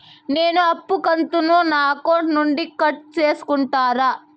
నేను అప్పు కంతును నా అకౌంట్ నుండి కట్ సేసుకుంటారా?